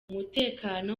umutekano